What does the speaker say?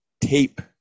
tape